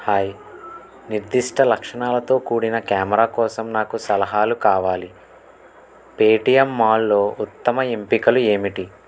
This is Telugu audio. హాయ్ నిర్దిష్ట లక్షణాలతో కూడిన క్యామెరా కోసం నాకు సలహాలు కావాలి పేటీఎం మాల్లో ఉత్తమ ఎంపికలు ఏమిటి